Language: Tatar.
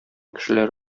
кешеләр